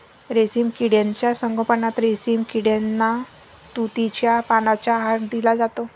रेशीम किड्यांच्या संगोपनात रेशीम किड्यांना तुतीच्या पानांचा आहार दिला जातो